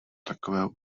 takového